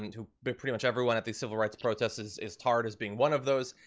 and who but pretty much everyone at the civil rights protests is is tarred as being one of those,